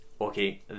Okay